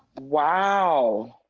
wow!